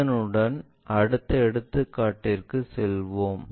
அதனுடன் அடுத்த எடுத்துக்காட்டுக்கு செல்லலாம்